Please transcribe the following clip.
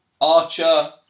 Archer